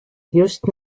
just